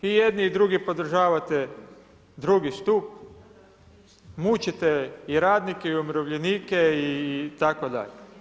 I jedni i drugi podržavate drugi stup, mučite i radnike i umirovljenike itd.